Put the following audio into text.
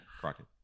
Crockett